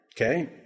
okay